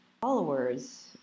followers